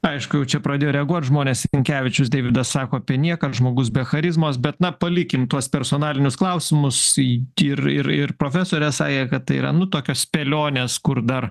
aišku jau čia pradėjo reaguot žmonės sinkevičius deividas sako apie nieką žmogus be charizmos bet na palikim tuos personalinius klausimus i ir ir profesorė sakė kad tai yra nu tuokios spėlionės kur dar